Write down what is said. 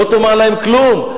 לא תאמר להם כלום.